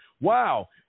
wow